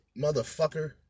Motherfucker